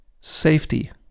safety